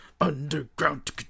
Underground